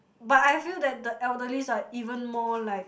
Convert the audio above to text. but I feel that the elderlies are even more like